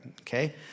Okay